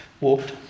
Walked